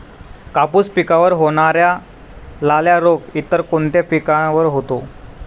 कापूस पिकावर होणारा लाल्या रोग इतर कोणत्या पिकावर होतो?